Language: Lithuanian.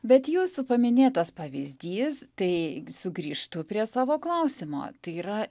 bet jūsų paminėtas pavyzdys tai sugrįžtu prie savo klausimo tai yra